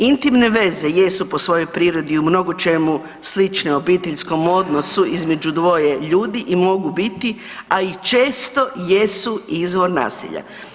Intimne veze jesu po svojoj prirodi u mnogočemu slične obiteljskom odnosu između dvoje ljudi i mogu biti, a i često jesu izvor nasilja.